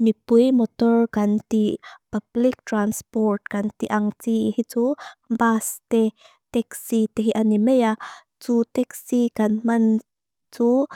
Mipue motor ganti, public transport ganti ang tii hitu, bas te teksi tehi ani mea, tsu teksi gan man tsu.